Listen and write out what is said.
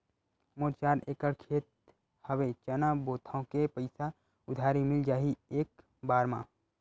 मोर चार एकड़ खेत हवे चना बोथव के पईसा उधारी मिल जाही एक बार मा?